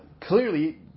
clearly